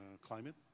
climate